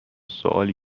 سوالی